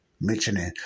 mentioning